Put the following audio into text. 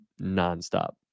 nonstop